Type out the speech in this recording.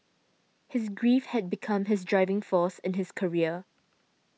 his grief had become his driving force in his career